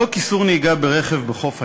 חוק איסור נהיגה ברכב בחוף הים,